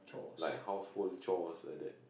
like household chores like that